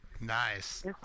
nice